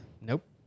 Nope